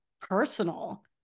personal